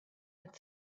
had